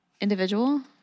individual